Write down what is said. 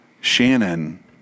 Shannon